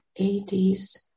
80s